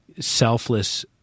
selfless